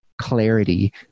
clarity